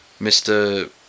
Mr